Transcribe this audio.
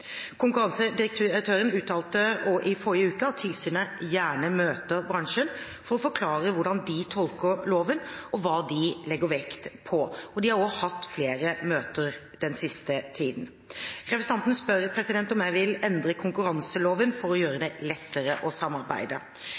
Konkurransedirektøren uttalte i forrige uke at tilsynet gjerne møter bransjen for å forklare hvordan de tolker loven, og hva de legger vekt på. De har også hatt flere møter den siste tiden. Representanten spør om jeg vil endre konkurranseloven for å gjøre det lettere å samarbeide.